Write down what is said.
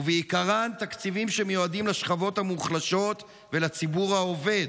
ובעיקרם תקציבים שמיועדים לשכבות המוחלשות ולציבור העובד.